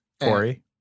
Corey